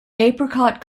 apricot